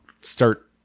start